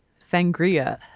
Sangria